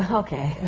ah okay.